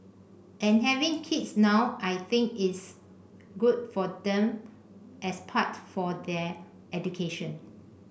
and having kids now I think it's good for them as part of their education